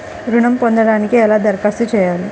ఋణం పొందటానికి ఎలా దరఖాస్తు చేయాలి?